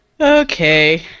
Okay